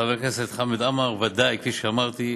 חבר הכנסת חמד עמאר, בוודאי, כפי שאמרתי,